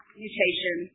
mutation